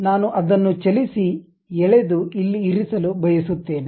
ನಾನು ಅದನ್ನು ಚಲಿಸಿ ಎಳೆದು ಇಲ್ಲಿ ಇರಿಸಲು ಬಯಸುತ್ತೇನೆ